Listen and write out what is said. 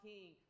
King